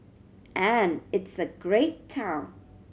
and it's a great town